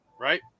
Right